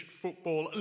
football